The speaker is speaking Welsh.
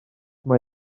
mae